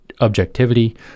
objectivity